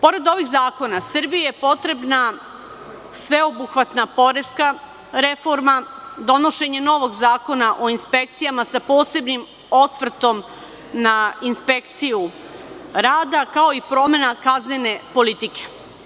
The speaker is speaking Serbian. Pored ovih zakona, Srbiji je potrebna sveobuhvatna poreska reforma, donošenje novog zakona o inspekcijama sa posebnim osvrtom na inspekciju rada kao i promena kaznene politike.